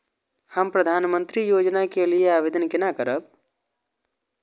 हम प्रधानमंत्री योजना के लिये आवेदन केना करब?